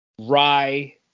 rye